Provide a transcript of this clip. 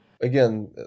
Again